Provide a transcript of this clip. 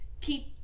keep